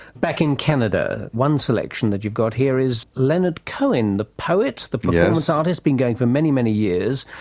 back in canada. one selection that you've got here is leonard cohen, the poet, the performance artist, been going for many, many years,